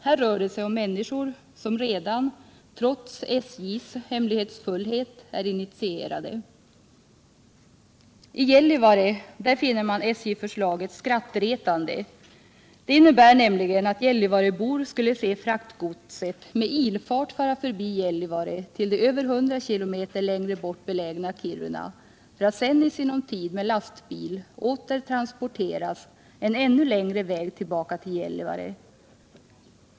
Här rör det sig om människor som redan, trots SJ:s hemlighetsfullhet, är initierade. I Gällivare finner man SJ-förslaget skrattretande. Det innebär nämligen att gällivarebor skulle se fraktgodset med ilfart fara förbi Gällivare till det över 100 km längre bort belägna Kiruna, för att sedan i sinom tid med lastbil åter transporteras en ännu längre väg tillbaka till Gällivare.